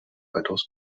weitaus